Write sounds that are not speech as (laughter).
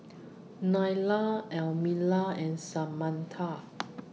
Nylah Elmira and Samatha (noise)